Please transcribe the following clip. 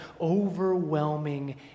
overwhelming